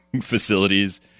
Facilities